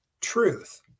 truth